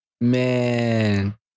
Man